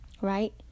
right